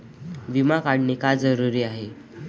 विमा काढणे का जरुरी आहे?